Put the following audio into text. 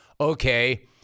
okay